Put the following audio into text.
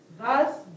Thus